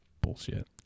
bullshit